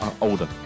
older